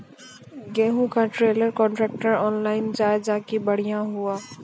गेहूँ का trailer contractor online जाए जैकी बढ़िया हुआ